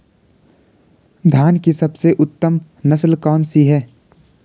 धान की सबसे उत्तम नस्ल कौन सी है?